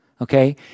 Okay